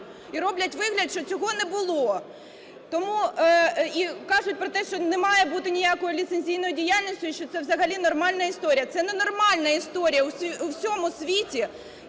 і роблять вигляд, що цього не було. І кажуть про те, що не має бути ніякої ліцензійної діяльності, що це взагалі нормальна історія. Це ненормальна історія. У всьому світі